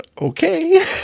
Okay